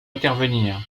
intervenir